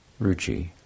ruchi